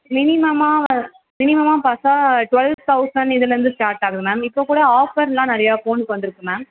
மினிமமாக மினிமமாக பார்த்தா டுவெல் தவுசண்ட் இதுலேருந்து ஸ்டாட் ஆகுது மேம் இப்போக்கூட ஆஃபர்லாம் நிறையா ஃபோனுக்கு வந்திருக்கு மேம்